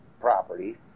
property